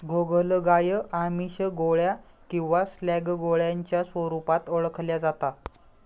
गोगलगाय आमिष, गोळ्या किंवा स्लॅग गोळ्यांच्या स्वरूपात ओळखल्या जाता